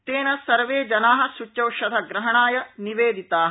तेन सर्वे जना सूच्यौषधग्रहणाय निवेदिता